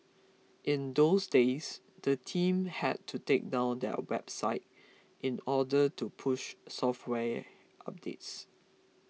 in those days the team had to take down their website in order to push software updates